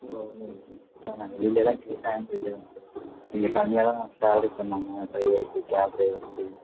ஓகேங்க சார் நான் வெளியிலலாம் கேட்டேன் கொஞ்சம் கொஞ்சம் கம்மியாக தான் சேலரி சொன்னாங்க டிரைவருக்கு கேப் டிரைவருக்கு